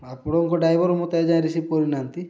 ଆପଣଙ୍କ ଡ୍ରାଇଭର୍ ମୋତେ ଏଯାଏଁ ରିସିଭ୍ କରିନାହାନ୍ତି